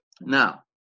Now